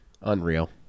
unreal